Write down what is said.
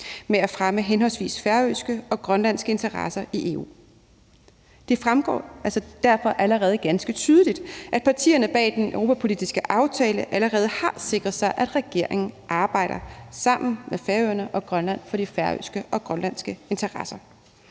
med at fremme henholdsvis færøske og grønlandske interesser i EU. Det fremgår altså derfor ganske tydeligt, at partierne bag den europapolitiske aftale allerede har sikret sig, at regeringen arbejder sammen med Færøerne og Grønland for de færøske og grønlandske interesser.